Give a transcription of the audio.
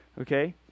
okay